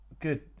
good